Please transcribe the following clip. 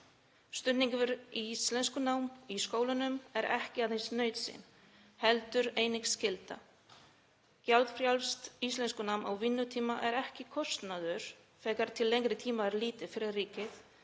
Stuðningur við íslenskunám í skólanum er ekki aðeins nauðsyn heldur einnig skylda. Gjaldfrjálst íslenskunám á vinnutíma er ekki kostnaður þegar til lengri tíma er litið fyrir ríkið